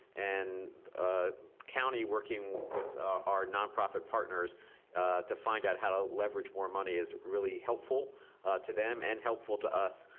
and county working with our nonprofit partners to find out how to leverage more money is really helpful to them and helpful to us,